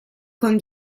con